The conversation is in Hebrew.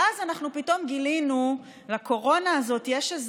ואז אנחנו פתאום גילינו שלקורונה הזאת יש,